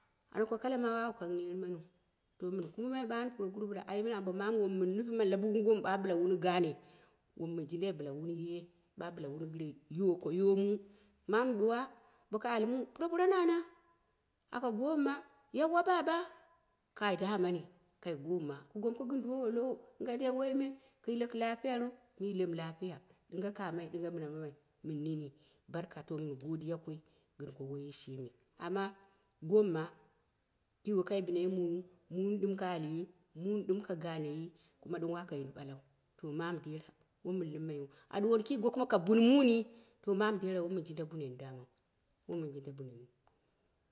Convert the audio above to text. Ana ko kala ma wawu kang net maniu, to min kumbumai ɓa puroguru ambo mamu wom mɨn nufi me la bogongo mu ɓa bila wun gaane wom miu jindai bila wun ye ba bila wu gire koyomu. Mamu ɗuwa bo ka al muu puropuro nana yauwa ba kaa daamani kai goomma, ku gomoku gɨ, ɗuwowo loo, dinga dai woime? Ku yileku lafiya lowo? Mi yelemu lafiya dinga kamai? Dinga mini mamai? Min nini barka to min godiya gɨn ko boi shimi. Amma goomma ki woi kai bina yi muiu, mui ɗɨm ka alyi mun ɗɨm ka ganeyi ɗɨm waka yini ɓalau, to mamu dera wo min limmaiyiu, a ɗuwoni ki ka bunyi, ko kuma ka bun muyi dera woa min jinde bunen damau, wo min jinda bunenu.